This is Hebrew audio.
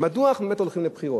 מדוע אנחנו באמת הולכים לבחירות?